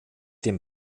dem